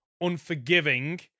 unforgiving